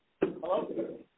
Hello